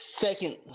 second